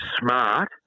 smart